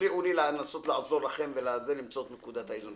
תפריעו לי לנסות לעזור לכם ולמצוא את נקודת האיזון.